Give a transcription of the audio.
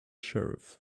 sheriff